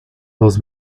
dos